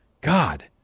God